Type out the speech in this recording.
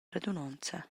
radunonza